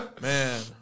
Man